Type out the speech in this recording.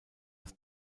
das